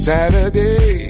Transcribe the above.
Saturday